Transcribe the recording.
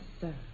sir